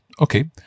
Okay